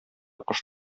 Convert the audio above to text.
кош